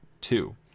two